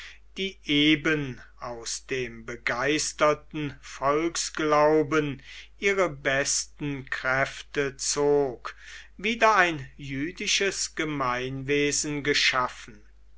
die eben aus dem begeisterten volksglauben ihre besten kräfte zog wieder ein jüdisches gemeinwesen geschaffen